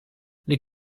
les